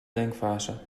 denkfase